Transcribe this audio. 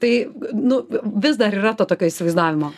tai nu vis dar yra to tokio įsivaizdavimo